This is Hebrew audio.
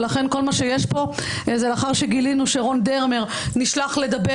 ולכן כל מה שיש פה זה לאחר שגילינו שרון דרמר נשלח לדבר